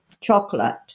chocolate